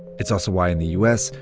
it's also why in the us,